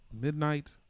Midnight